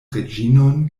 reĝinon